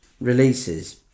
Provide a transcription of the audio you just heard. releases